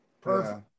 Perfect